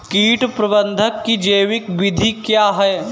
कीट प्रबंधक की जैविक विधि क्या है?